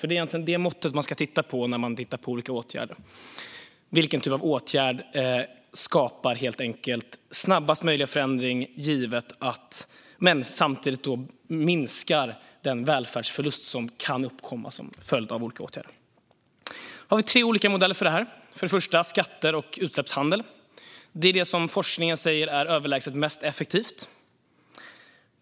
Det är nämligen det måttet man ska titta på när man jämför olika åtgärder, alltså vilken åtgärd som skapar snabbast möjliga förändring med minsta möjliga välfärdsförlust. Det finns tre olika åtgärder. På första plats kommer skatter och utsläppshandel, vilket forskningen säger är överlägset mest effektivt.